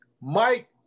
Mike